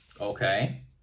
Okay